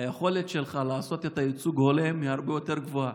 היכולת שלך לעשות את הייצוג ההולם היא הרבה יותר גבוהה,